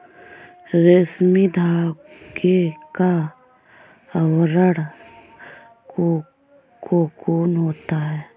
रेशमी धागे का आवरण कोकून होता है